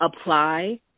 apply